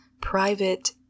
private